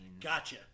Gotcha